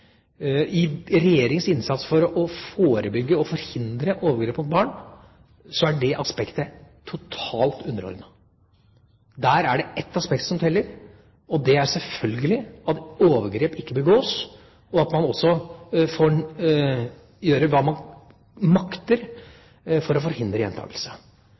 I Regjeringas innsats for å forebygge og forhindre overgrep mot barn er det aspektet totalt underordnet. Der er det ett aspekt som teller, og det er selvfølgelig at overgrep ikke begås, og at man må gjøre hva man makter for å forhindre gjentakelse.